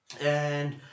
and-